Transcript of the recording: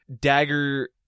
Dagger